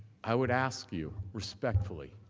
i would ask you respectfully,